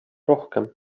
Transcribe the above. rohkem